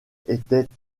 étaient